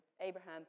Abraham